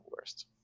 worst